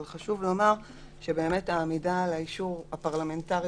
אבל חשוב לומר שהעמידה על האישור הפרלמנטרי